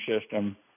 system